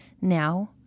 now